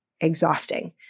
exhausting